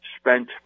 spent